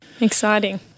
Exciting